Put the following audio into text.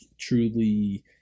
truly